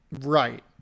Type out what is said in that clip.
Right